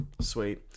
sweet